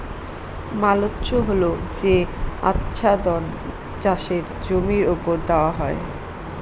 mulch হল যে আচ্ছাদন চাষের জমির ওপর দেওয়া হয়